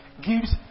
gives